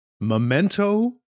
Memento